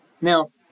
now